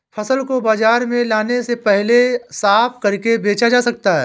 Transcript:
फसल को बाजार में लाने से पहले साफ करके बेचा जा सकता है?